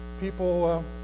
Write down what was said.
people